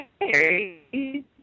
hey